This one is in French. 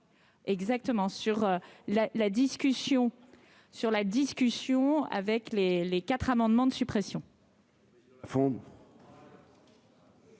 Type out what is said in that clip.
discussion sur la discussion avec les les quatre amendements de suppression.